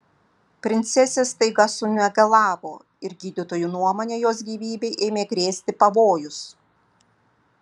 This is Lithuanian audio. princesė staiga sunegalavo ir gydytojų nuomone jos gyvybei ėmė grėsti pavojus